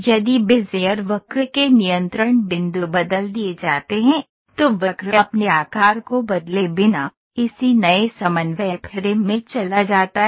यदि बेज़ियर वक्र के नियंत्रण बिंदु बदल दिए जाते हैं तो वक्र अपने आकार को बदले बिना इसी नए समन्वय फ्रेम में चला जाता है